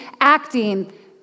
acting